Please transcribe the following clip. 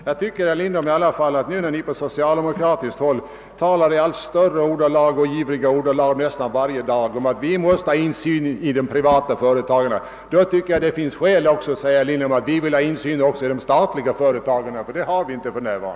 Jag tycker, herr Lindholm, att när ni på socialdemokratiskt håll nästan varje dag talar i allt ivrigare ordalag om att det måste bli insyn i de privata företagen så finns det skäl också till insyn i de statliga.